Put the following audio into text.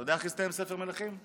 אתה יודע איך הסתיים ספר מלכים?